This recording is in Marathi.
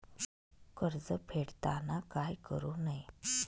कर्ज फेडताना काय करु नये?